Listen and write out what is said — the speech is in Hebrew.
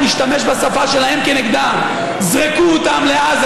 נשתמש בשפה שלהם כנגדם: זרקו אותם לעזה,